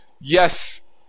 yes